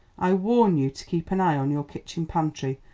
i warn you to keep an eye on your kitchen pantry.